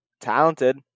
talented